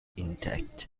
intact